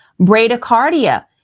bradycardia